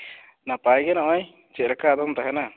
ᱱᱟᱯᱟᱭ ᱜᱮ ᱱᱚᱜ ᱚᱭ ᱪᱮᱫ ᱞᱮᱠᱟ ᱟᱫᱚᱢ ᱛᱟᱦᱮᱱᱟ